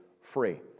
free